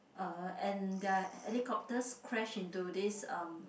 uh and their helicopters crash into this(um)